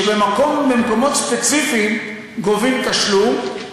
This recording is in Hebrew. שבמקומות ספציפיים גובים תשלום.